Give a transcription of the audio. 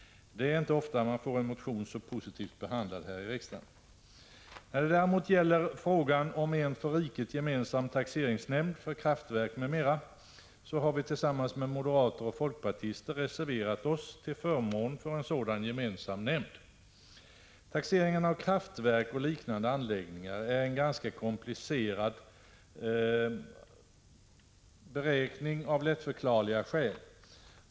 Det är inte ofta man får en motion så positivt behandlad här i riksdagen. När det däremot gäller frågan om en för riket gemensam taxeringsnämnd för kraftverk m.m. har vi tillsammans med moderater och folkpartister reserverat oss till förmån för en sådan gemensam nämnd. Taxeringen av kraftverk och liknande anläggningar är av lättförklarliga skäl en ganska komplicerad beräkning.